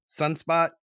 Sunspot